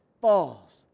falls